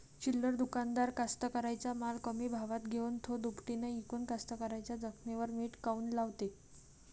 चिल्लर दुकानदार कास्तकाराइच्या माल कमी भावात घेऊन थो दुपटीनं इकून कास्तकाराइच्या जखमेवर मीठ काऊन लावते?